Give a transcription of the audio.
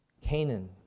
Canaan